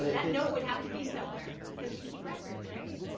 that note would have to be somewhere, cause we keep records, right?